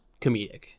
comedic